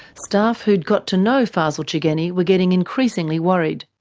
staff who'd got to know fazel chegeni were getting increasingly worried.